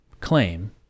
claim